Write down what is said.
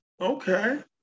Okay